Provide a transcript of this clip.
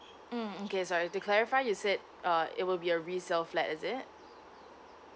mm okay sorry to clarify you said uh it will be a resale flat is it